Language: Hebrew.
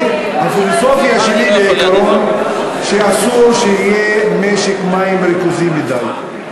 הפילוסופיה שלי בעיקרון היא שאסור שיהיה משק מים ריכוזי מדי.